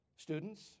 Students